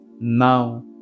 now